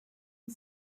who